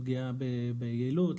לפגיעה ביעילות,